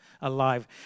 alive